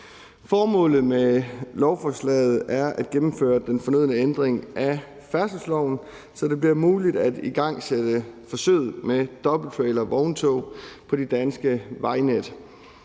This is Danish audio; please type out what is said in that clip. Formålet med lovforslaget er at gennemføre den fornødne ændring af færdselsloven, så det bliver muligt at igangsætte forsøget med dobbelttrailervogntog på det danske vejnet.